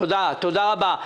תודה רבה.